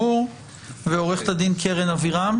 עורכת הדין קרן אבירם.